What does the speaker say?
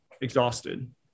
exhausted